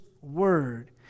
Word